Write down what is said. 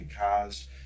cars